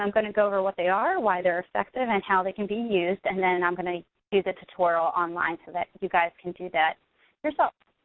um gonna go over what they are, why they're effective and how they can be used. and then i'm gonna use a tutorial online so that you guys can do that yourselves.